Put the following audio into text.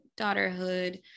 daughterhood